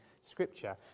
scripture